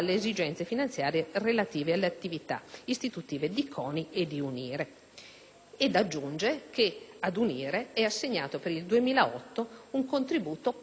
Ed aggiunge che a quest'ultimo è assegnato per l'anno 2008 un contributo pari a 25 milioni di euro.